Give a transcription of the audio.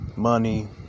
Money